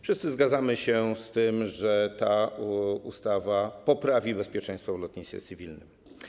Wszyscy zgadzamy się z tym, że ta ustawa poprawi bezpieczeństwo w lotnictwie cywilnym.